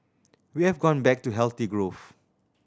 we have gone back to healthy growth